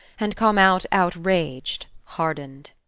and come out outraged, hardened.